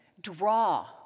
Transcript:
draw